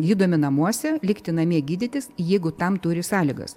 gydomi namuose likti namie gydytis jeigu tam turi sąlygas